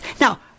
Now